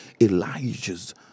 Elijah's